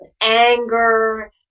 anger